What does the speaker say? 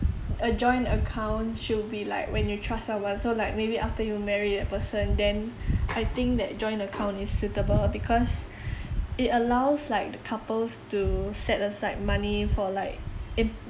a joint account should be like when you trust someone so like maybe after you marry that person then I think that joint account is suitable because it allows like the couples to set aside money for like imp~